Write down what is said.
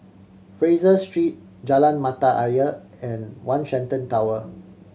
Fraser Street Jalan Mata Ayer and One Shenton Tower